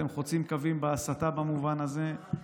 אתם חוצים קווים בהסתה במובן הזה.